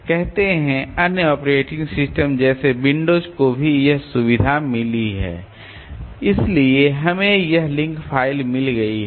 कहते हैं अन्य ऑपरेटिंग सिस्टम जैसे विंडोज़ को भी यह सुविधा मिली है इसलिए हमें यह लिंक फ़ाइल मिल गई है